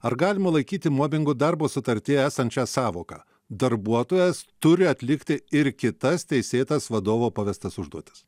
ar galima laikyti mobingu darbo sutartyje esančia sąvoką darbuotojas turi atlikti ir kitas teisėtas vadovo pavestas užduotis